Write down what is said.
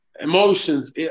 emotions